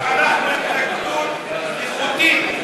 אנחנו התנגדות איכותית,